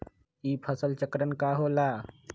ई फसल चक्रण का होला?